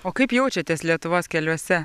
o kaip jaučiatės lietuvos keliuose